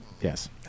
Yes